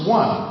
one